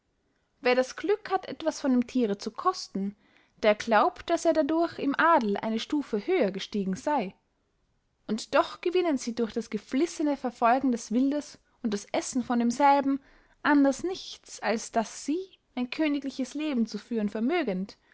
wer das glück hat etwas von dem thiere zu kosten der glaubt daß er dadurch im adel eine stuffe höher gestiegen sey und doch gewinnen sie durch das geflissene verfolgen des wildes und das essen von demselben anders nichts als daß sie ein königliches leben zu führen vermögend